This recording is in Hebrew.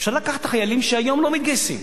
אפשר לקחת את החיילים שהיום לא מתגייסים,